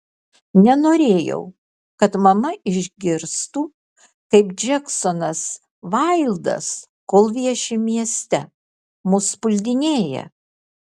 nenorėjau kad mama išgirstų kaip džeksonas vaildas kol vieši mieste mus puldinėja